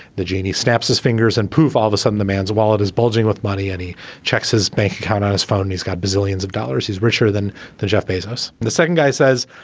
the genie snaps his fingers and poof, all of a sudden the man's wallet is bulging with money and he checks his bank account on his phone and he's got billions of dollars. he's richer than the jeff bezos, the second guy says.